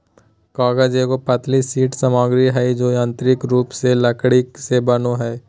कागज एगो पतली शीट सामग्री हइ जो यांत्रिक रूप से लकड़ी से बनो हइ